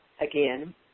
Again